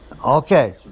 Okay